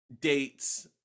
dates